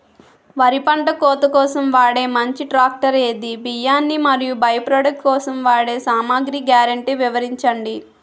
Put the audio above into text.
వరి పంట కోత కోసం వాడే మంచి ట్రాక్టర్ ఏది? బియ్యాన్ని మరియు బై ప్రొడక్ట్ కోసం వాడే సామాగ్రి గ్యారంటీ వివరించండి?